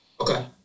okay